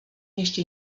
ještě